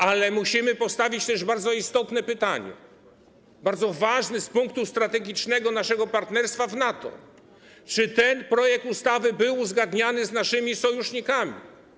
Ale musimy postawić też bardzo istotne pytanie, bardzo ważne z punktu strategicznego naszego partnerstwa w NATO: Czy ten projekt ustawy był uzgadniany z naszymi sojusznikami?